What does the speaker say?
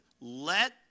let